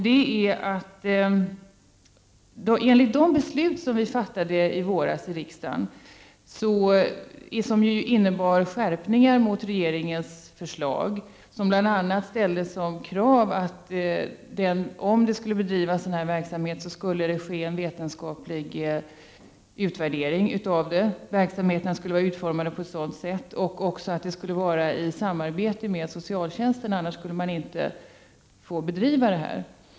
De beslut som vi fattade i våras i riksdagen innebar skärpningar gentemot regeringens förslag. Det ställdes bl.a. som krav att om man skulle bedriva sådan här verksamhet skulle den vara utformad så att det skulle ske en vetenskaplig utvärdering av den och verksamheten skulle bedrivas i samarbete med socialtjänsten.